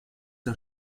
der